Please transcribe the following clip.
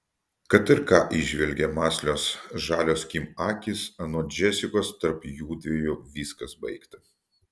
kad ir ką įžvelgė mąslios žalios kim akys anot džesikos tarp jųdviejų viskas baigta